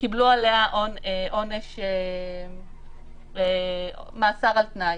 שקיבלו עליה עונש מאסר על תנאי,